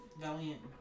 valiant